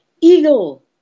Eagle